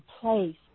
place